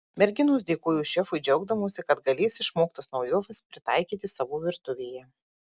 merginos dėkojo šefui džiaugdamosi kad galės išmoktas naujoves pritaikyti savo virtuvėje